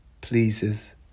pleases